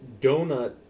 Donut